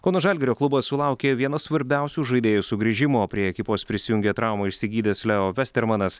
kauno žalgirio klubas sulaukė vieno svarbiausių žaidėjų sugrįžimo prie ekipos prisijungė traumą išsigydęs leo vestermanas